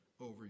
over